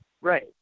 Right